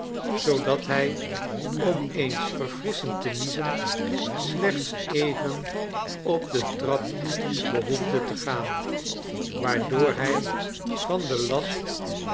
zoodat hij om eens verfrisschend te niezen slechts even op de trap behoefde te gaan waardoor hij van den last